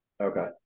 Okay